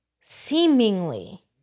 seemingly